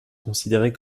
considérés